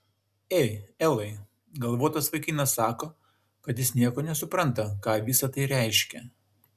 ei elai galvotas vaikinas sako kad jis nieko nesupranta ką visa tai reiškia